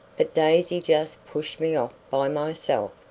but daisy just pushed me off by myself.